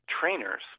trainers